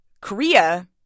Korea